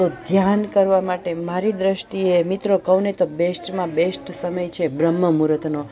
તો ધ્યાન કરવા માટે મારી દૃષ્ટિએ મિત્રો કહુને તો બેસ્ટમાં બેસ્ટ સમય છે બ્રહ્મ મૂરતનો